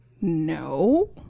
No